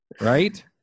Right